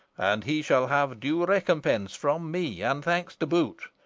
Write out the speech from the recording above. and he shall have due recompense from me and thanks to boot.